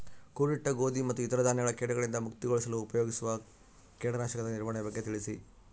ಕೂಡಿಟ್ಟ ಗೋಧಿ ಮತ್ತು ಇತರ ಧಾನ್ಯಗಳ ಕೇಟಗಳಿಂದ ಮುಕ್ತಿಗೊಳಿಸಲು ಉಪಯೋಗಿಸುವ ಕೇಟನಾಶಕದ ನಿರ್ವಹಣೆಯ ಬಗ್ಗೆ ತಿಳಿಸಿ?